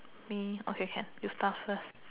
me okay can you start first